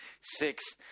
six